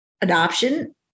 adoption